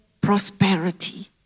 prosperity